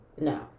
No